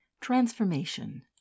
Transformation